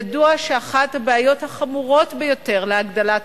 ידוע שאחת הבעיות החמורות ביותר הגורמות להגדלת